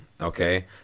okay